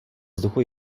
vzduchu